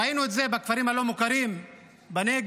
ראינו את זה בכפרים הלא-מוכרים בנגב,